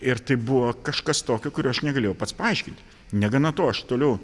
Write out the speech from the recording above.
ir tai buvo kažkas tokio kurio aš negalėjau pats paaiškint negana to aš toliau